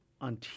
on